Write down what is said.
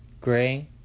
Gray